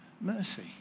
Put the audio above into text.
mercy